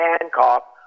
Hancock